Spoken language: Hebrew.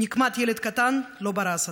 נקמת ילד קטן לא ברא השטן.